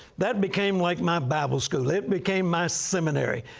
that became like my bible school. it became my seminary.